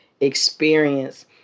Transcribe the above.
experience